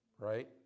right